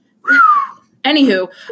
Anywho